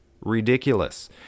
ridiculous